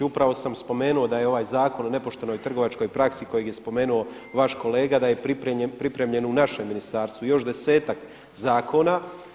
Upravo sam spomenuo da je ovaj Zakon o nepoštenoj trgovačkoj praksi kojeg je spomenuo vaš kolega da je pripremljen u našem ministarstvu, još desetak zakona.